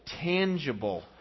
tangible